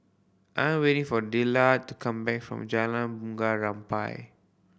I'm waiting for Dillard to come back from Jalan Bunga Rampai